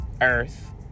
earth